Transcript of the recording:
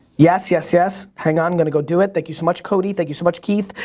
yes, yes, yes. hang on i'm gonna go do it. thank you so much cody, thank you so much keith.